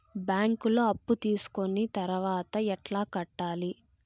బ్యాంకులో అప్పు తీసుకొని తర్వాత ఎట్లా కట్టాలి?